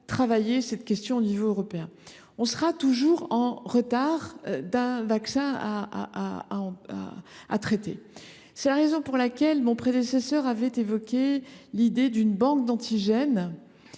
travailler sur cette question à l’échelon européen, car on sera toujours en retard d’un vaccin. C’est la raison pour laquelle mon prédécesseur avait évoqué l’idée d’une banque d’antigènes